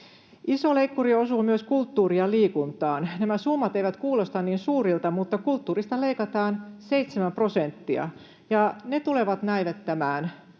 Iso leikkuri osuu myös kulttuuriin ja liikuntaan. Nämä summat eivät kuulosta niin suurilta, mutta kulttuurista leikataan seitsemän prosenttia, ja se tulee näivettämään